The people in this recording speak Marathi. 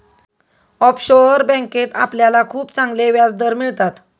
ऑफशोअर बँकेत आपल्याला खूप चांगले व्याजदर मिळतात